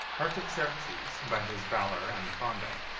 artaxerxes, by his valor and conduct,